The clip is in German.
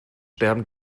sterben